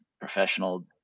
professional